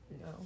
No